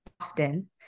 often